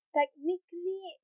technically